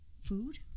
Food